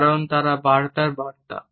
কারণ তারা বার্তার বার্তা